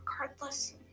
Regardless